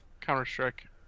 Counter-Strike